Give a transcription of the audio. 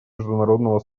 международного